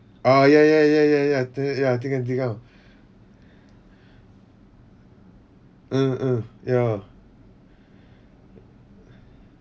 ah ya ya ya ya ya ya tikam tikam uh uh ya